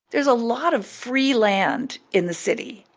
there's a lot of free land in the city,